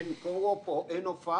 אין הופעה,